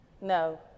No